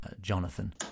Jonathan